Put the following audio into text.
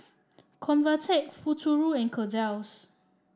Convatec Futuro and Kordel's